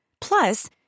Plus